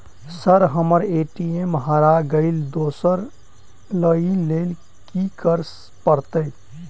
Sir हम्मर ATM हरा गइलए दोसर लईलैल की करऽ परतै?